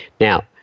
Now